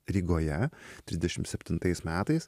rygoje trisdešim septintais metais